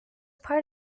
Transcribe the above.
part